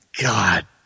God